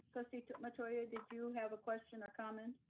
trustee metoyer, did you have a question or comment?